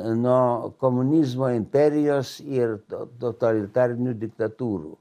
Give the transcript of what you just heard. nuo komunizmo imperijos ir totalitarinių diktatūrų